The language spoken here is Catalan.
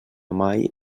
mai